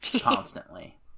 constantly